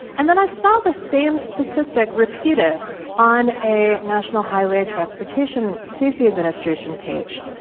and then i saw the same statistic repeated on a national highway transportation safety administration page.